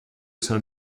sein